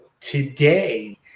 Today